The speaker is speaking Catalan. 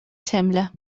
sembla